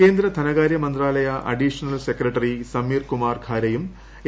കേന്ദ്ര ധനകാര്യ മന്ത്രാലയ അഡീഷണൽ സെക്രട്ടറി സമീർകുമാർ ഖാരെയും എ